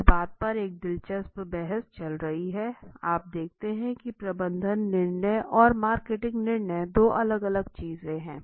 इस बात पर एक दिलचस्प बहस चल रही है आप देखते हैं कि प्रबंधन निर्णय और मार्केटिंग निर्णय दो अलग अलग चीजें हैं